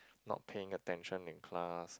not paying attention in class